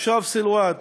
תושב סילואד,